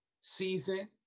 season